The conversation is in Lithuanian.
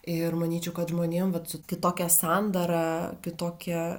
ir manyčiau kad žmonėm vat su kitokia sandara kitokia